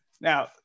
Now